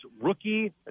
rookie